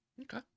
Okay